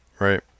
right